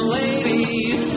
ladies